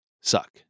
suck